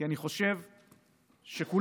כי אני חושב שכולנו,